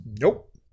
Nope